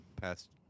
past